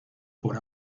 por